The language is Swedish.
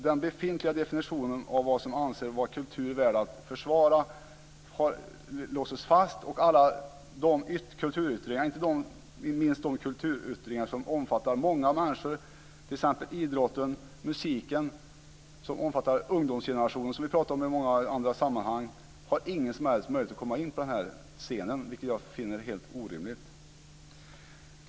Den befintliga definitionen av vad som anses vara kultur värd att försvara låses fast, och alla de kulturyttringar - inte minst de som omfattar många människor, t.ex. idrotten och musiken som omfattar ungdomsgenerationen, som vi ju pratar om i många andra sammanhang - har inga som helst möjligheter att komma in på den här scenen. Detta finner jag helt orimligt.